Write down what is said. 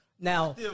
now